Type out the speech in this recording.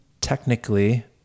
technically